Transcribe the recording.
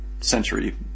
century